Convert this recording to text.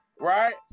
Right